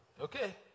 Okay